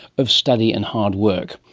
of study and hard work.